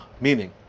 meaning